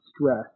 stress